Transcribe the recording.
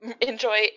enjoy